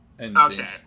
Okay